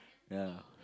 ya